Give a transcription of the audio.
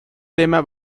tema